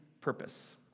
purpose